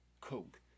coke